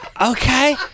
okay